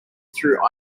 through